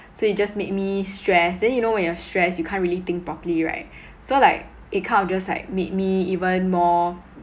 so it just made me stressed then you know when you're stressed you can't really think properly right so like it kind of just like made me even more